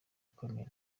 ukomeye